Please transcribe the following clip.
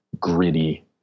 gritty